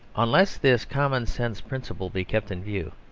unless this common-sense principle be kept in view,